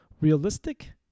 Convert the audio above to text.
Realistic